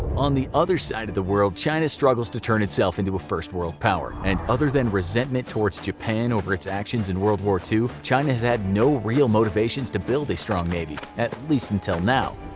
on the other side of the world, china struggles to turn itself into a first world power, and other than resentment towards japan over its actions in world war ii, china has had no real motivations to build a strong navy at least until now.